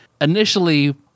Initially